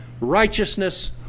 Righteousness